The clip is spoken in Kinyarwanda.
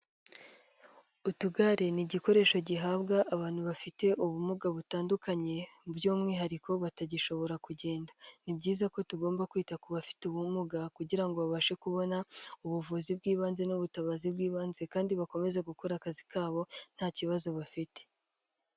Utugare ni igikoresho gihabwa abantu bafite ubumuga butandukanye, by'umwihariko batagishobora kugenda, ni byiza ko tugomba kwita ku bafite ubumuga kugira ngo babashe kubona ubuvuzi bw'ibanze n'ubutabazi bw'ibanze kandi bakomeze gukora akazi kabo nta kibazo bafite.